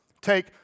Take